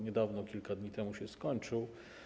Niedawno, kilka dni temu się skończył.